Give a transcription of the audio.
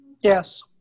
Yes